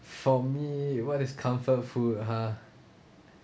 for me what is comfort food !huh!